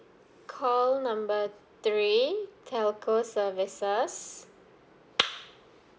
call number three telco services